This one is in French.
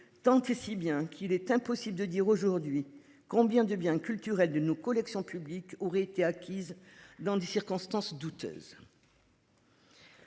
tant et si bien qu'il est impossible de dire aujourd'hui combien de biens culturels de nos collections publiques auraient été acquise dans des circonstances douteuses.